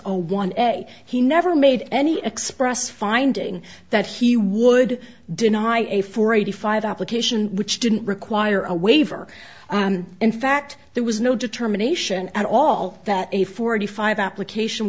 a one day he never made any express finding that he would deny a four eighty five application which didn't require a waiver and in fact there was no determination at all that a forty five application